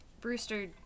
Brewster